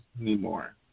anymore